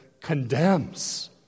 condemns